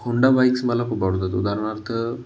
Honda bikes मला खूप आवडतात उदाहरणार्थ